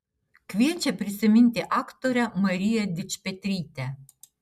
kviečia prisiminti aktorę mariją dičpetrytę